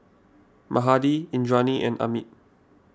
Mahade Indranee and Amit